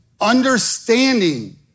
understanding